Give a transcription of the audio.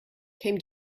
came